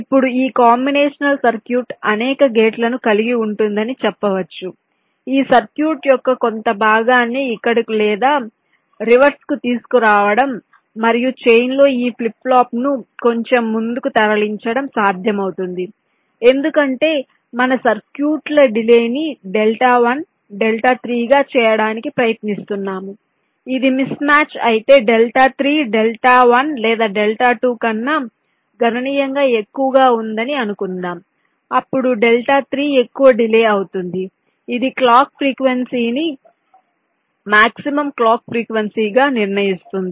ఇప్పుడు ఈ combinational circuit అనేక గేట్లను కలిగి ఉంటుందని చెప్పవచ్చు ఈ సర్క్యూట్ యొక్క కొంత భాగాన్ని ఇక్కడకు లేదా రివర్స్కు తీసుకురావడం మరియు చైన్ లో ఈ ఫ్లిప్ ఫ్లాప్నును కొంచెం ముందుకు తరలించడం సాధ్యమవుతుంది ఎందుకంటే మనం ఈ సర్క్యూట్ల డిలే ని డెల్టా 1 డెల్టా 2 డెల్టా 3 గా చేయడానికి ప్రయత్నిస్తున్నాము ఇది మిస్ మ్యాచ్ అయితే డెల్టా 3 డెల్టా 1 లేదా డెల్టా 2 కన్నా గణనీయంగా ఎక్కువగా ఉందని అనుకుందాం అప్పుడు డెల్టా 3 ఎక్కువ డిలే అవుతుంది ఇది క్లాక్ ఫ్రీక్వెన్సీ ని మాక్సిమం క్లాక్ ఫ్రీక్వెన్సీ గా నిర్ణయిస్తుంది